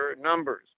numbers